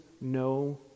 no